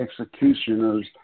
executioners